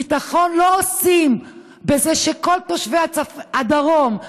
ביטחון לא עושים בזה שכל תושבי הדרום,